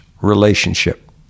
relationship